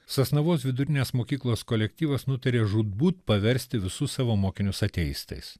sasnavos vidurinės mokyklos kolektyvas nutarė žūtbūt paversti visus savo mokinius ateistais